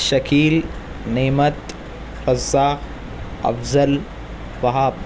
Shakeel Naimat Hafsa Afzal Wahab